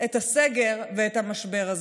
את הסגר ואת המשבר הזה.